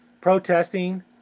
protesting